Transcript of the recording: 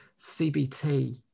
CBT